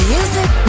Music